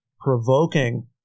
provoking